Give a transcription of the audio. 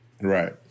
Right